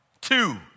Two